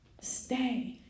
Stay